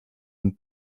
and